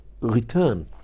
return